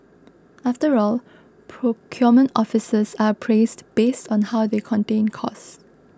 after all procurement officers are appraised based on how they contain costs